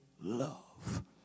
love